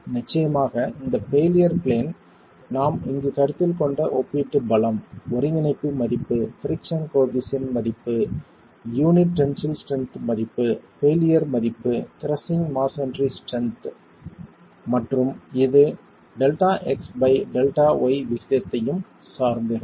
நிச்சயமாக இந்த failure plane நாம் இங்கு கருத்தில் கொண்ட ஒப்பீட்டு பலம் ஒருங்கிணைப்பு மதிப்பு பிரிக்ஸன் கோயெபிசியன்ட் மதிப்பு யூனிட் டென்சில் ஸ்ட்ரென்த் மதிப்பு பெயிலியர் மதிப்பு கிரஸ்ஸிங் மஸோன்றி ஸ்ட்ரென்த் மற்றும் இது Δx பை Δy விகிதத்தையும் சார்ந்து இருக்கும்